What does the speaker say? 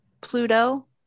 Pluto